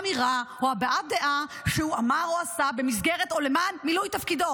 אמירה או הבעת דעה שהוא אמר או עשה במסגרת או למען מילוי תפקידו.